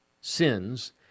sins